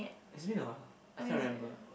it's been awhile I can't remember